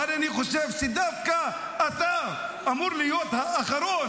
אבל אני חושב שדווקא אתה אמור להיות האחרון